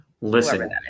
listen